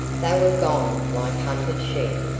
they were gone like hunted sheep.